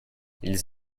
ils